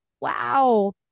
wow